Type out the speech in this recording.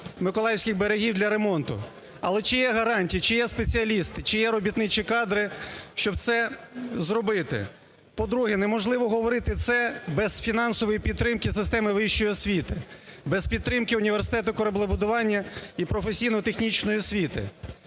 миколаївських берегів для ремонту. Але чи є гарантії, чи є спеціалісти, чи є робітничі кадри, щоб це зробити? По-друге, неможливо говорити це без фінансової підтримки системи вищої освіти, без підтримки Університету кораблебудування і професійно-технічної освіти.